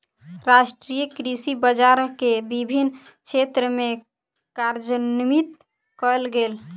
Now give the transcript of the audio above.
राष्ट्रीय कृषि बजार के विभिन्न क्षेत्र में कार्यान्वित कयल गेल